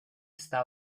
está